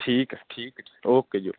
ਠੀਕ ਹੈ ਠੀਕ ਹੈ ਠੀਕ ਓਕੇ ਜੀ ਓਕੇ